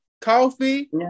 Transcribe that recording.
Coffee